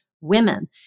women